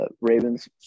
Ravens